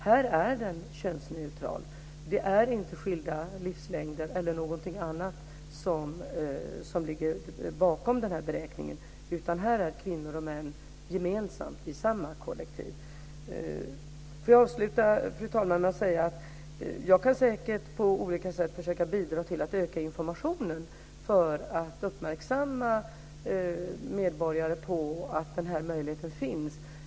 Här är det könsneutralt. Det är inte skilda livslängder eller något annat som ligger bakom denna beräkning, utan här är kvinnor och män gemensamt i samma kollektiv. Jag vill avsluta, fru talman, med att säga att jag säkert på olika sätt kan försöka bidra till att öka informationen för att uppmärksamma medborgare på att denna möjlighet finns.